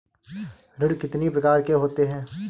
ऋण कितनी प्रकार के होते हैं?